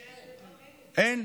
אין.